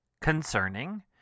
concerning